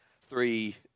three